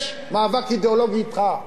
יש מאבק אידיאולוגי אתך,